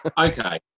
Okay